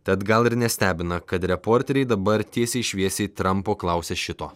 tad gal ir nestebina kad reporteriai dabar tiesiai šviesiai trampo klausia šito